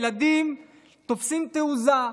ילדים תופסים תעוזה,